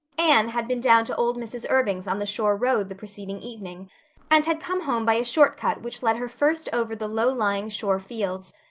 anne had been down to old mrs. irving's on the shore road the preceding evening and had come home by a short cut which led her first over the low-lying shore fields,